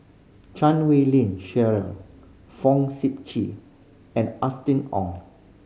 Chan Wei Ling Cheryl Fong Sip Chee and Austen Ong